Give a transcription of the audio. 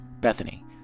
Bethany